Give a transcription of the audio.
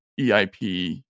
EIP